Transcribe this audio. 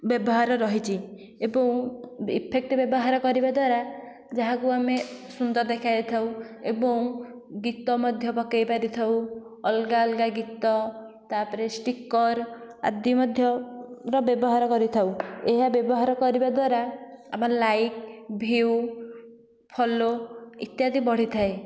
ବ୍ୟବହାର ରହିଛି ଏବଂ ଇଫେକ୍ଟ ବ୍ୟବହାର କରିବା ଦ୍ୱାରା ଯାହାକୁ ଆମେ ସୁନ୍ଦର ଦେଖାଯାଇଥାଉ ଏବଂ ଗୀତ ମଧ୍ୟ ପକାଇ ପାରିଥାଉ ଅଲଗା ଅଲଗା ଗୀତ ତାପରେ ଷ୍ଟିକର ଆଦି ମଧ୍ୟର ବ୍ୟବହାର କରିଥାଉ ଏହା ବ୍ୟବହାର କରିବା ଦ୍ୱାରା ଆମର ଲାଇକ ଭିଉ ଫଲୋ ଇତ୍ୟାଦି ବଢ଼ିଥାଏ